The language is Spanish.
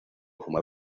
fumar